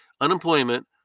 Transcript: unemployment